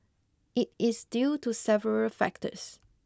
it is due to several factors